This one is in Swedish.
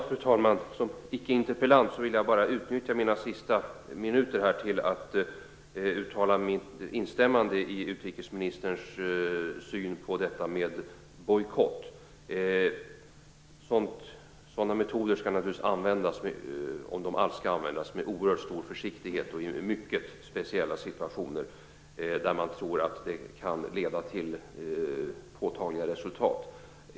Fru talman! Som icke interpellant vill jag bara utnyttja de sista minuterna av min taletid till att uttala mitt instämmande i utrikesministerns syn på detta med bojkott. Sådana metoder skall naturligtvis användas, om de alls skall användas, med oerhört stor försiktighet och i mycket speciella situationer, där man tror att det kan leda till påtagliga resultat.